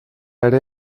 ere